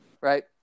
Right